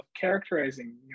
characterizing